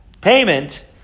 payment